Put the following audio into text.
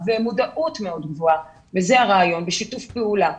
ומודעות מאוד גבוהה ושיתוף פעולה, וזה הרעיון.